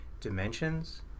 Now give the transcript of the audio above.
dimensions